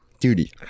duty